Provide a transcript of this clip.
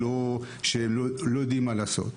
שלא יודעים מה לעשות.